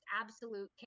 absolute